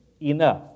enough